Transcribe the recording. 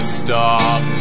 stop